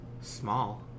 small